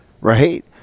Right